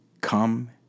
Come